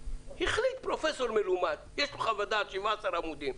החליט פרופ' מלומד, יש פה חוות דעת של 17 עמודים.